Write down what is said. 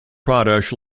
pradesh